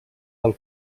del